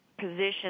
position